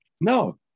No